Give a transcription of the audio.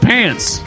Pants